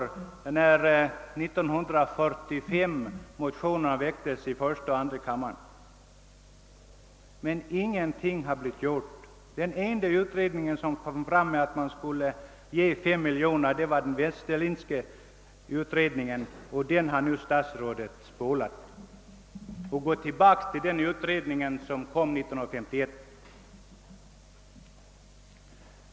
Motionerna väcktes ju år 1945 i första och i andra kammaren, och sedan dess har ingenting blivit gjort. Det enda som förekommit har varit det förslag om 5 miljoner som framlades av den Westerlindska utredningen, som statsrådet nu har »spolat» för att i stället återgå till vad som föreslogs i utredningen från år 1951.